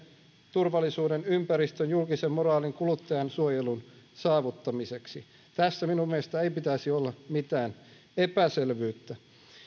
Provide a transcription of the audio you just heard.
turvallisuuden ympäristön julkisen moraalin ja kuluttajansuojelun saavuttamiseksi tässä minun mielestäni ei pitäisi olla mitään epäselvyyttä